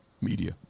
Media